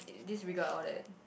disregard all that